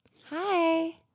Hi